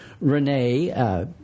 Renee